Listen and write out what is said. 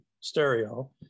stereo